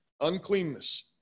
uncleanness